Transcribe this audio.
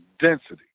density